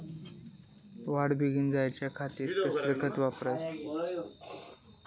वाढ बेगीन जायच्या खातीर कसला खत वापराचा?